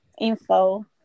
info